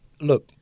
look